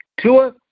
Tua